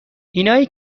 اینایی